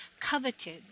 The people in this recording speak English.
coveted